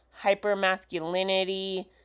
hypermasculinity